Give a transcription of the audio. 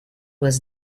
was